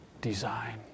design